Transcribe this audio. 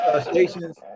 stations